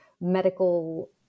medical